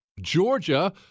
Georgia